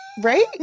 right